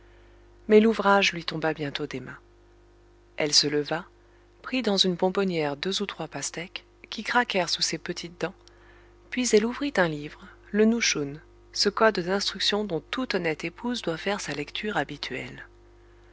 mais l'ouvrage lui tomba bientôt des mains elle se leva prit dans une bonbonnière deux ou trois pastèques qui craquèrent sous ses petites dents puis elle ouvrit un livre le nushun ce code d'instructions dont toute honnête épouse doit faire sa lecture habituelle